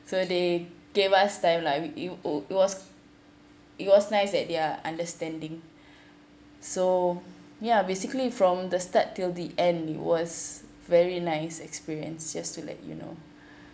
so they gave us time lah we uh it was it was nice that they are understanding so ya basically from the start till the end it was very nice experience just to let you know